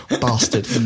Bastard